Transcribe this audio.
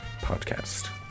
podcast